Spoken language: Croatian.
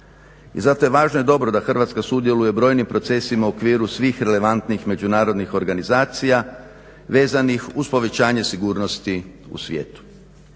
I zato je važno i dobro da Hrvatska sudjeluje u brojnim procesima u okviru svih relevantnih međunarodnih organizacija vezanih uz povećanje sigurnosti u svijetu.